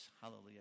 Hallelujah